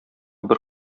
бер